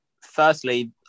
firstly